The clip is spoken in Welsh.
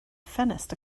ffenest